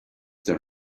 their